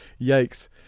Yikes